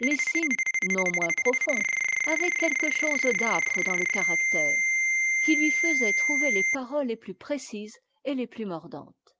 lessing non moins profond avait quelque chose d'âpre dans le caractère qui lui faisait trouver les paroles les plus précises et les plus mordantes